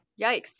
yikes